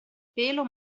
pelo